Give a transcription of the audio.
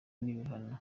n’ibihano